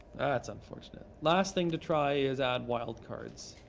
that's unfortunate. last thing to try is add wild cards.